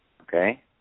okay